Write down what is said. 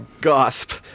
gasp